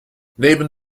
neben